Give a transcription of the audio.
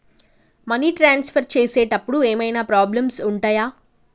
Money transfer చేసేటప్పుడు ఏమైనా problems ఉంటయా?